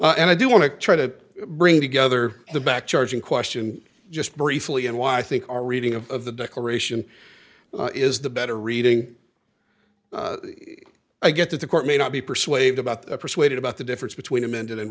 waived and i do want to try to bring together the back charging question just briefly and why i think our reading of the declaration is the better reading i get that the court may not be persuaded about the persuaded about the difference between amended and